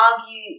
argue